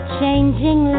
changing